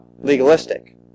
legalistic